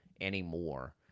anymore